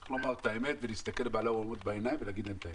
צריך להסתכל אל בעלי האולמות בעיניים ולהגיד להם את האמת.